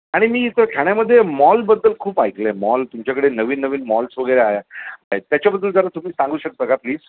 आणि मी इथं ठाण्यामध्ये मॉलबद्दल खूप ऐकले आहे मॉल तुमच्याकडे नवीन नवीन मॉल्स वगैरे आहे त्याच्याबद्दल जरा तुम्ही सांगू शकता का प्लीज